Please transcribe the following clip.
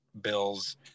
bills